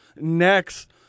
Next